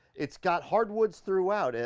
it's got hardwoods throughout.